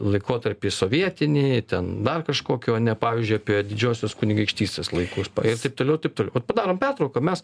laikotarpį sovietinį ten dar kažkokį o ne pavyzdžiui apie didžiosios kunigaikštystės laikus ir taip toliau ir taip toliau vat padarom pertrauką mes